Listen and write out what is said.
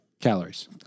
calories